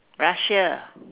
russia